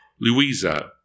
Louisa